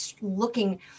looking